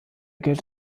gilt